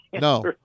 no